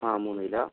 ആ മൂന്ന് കിലോ